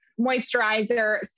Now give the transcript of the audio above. moisturizer